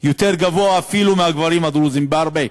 יותר גבוה אפילו משל הגברים הדרוזים, בהרבה.